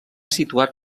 situat